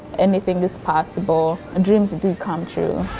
anything is possible. and dreams do come true.